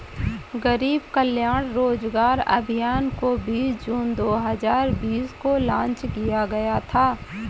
गरीब कल्याण रोजगार अभियान को बीस जून दो हजार बीस को लान्च किया गया था